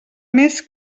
més